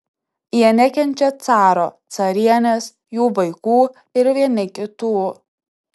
jie nekenčia caro carienės jų vaikų ir vieni kitų